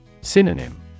Synonym